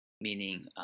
meaning